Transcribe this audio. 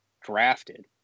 drafted